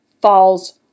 falls